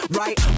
right